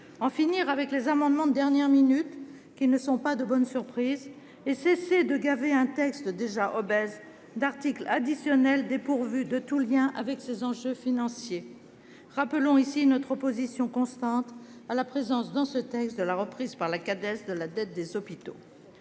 d'en finir avec les amendements de dernière minute, qui ne sont pas de bonnes surprises, et de cesser de gaver un texte déjà obèse d'articles additionnels dépourvus de tout lien avec ses enjeux financiers. Rappelons, ici, notre opposition constante à l'inscription dans ce texte de la reprise par la Cades de la dette des hôpitaux.